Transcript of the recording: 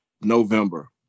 November